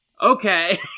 okay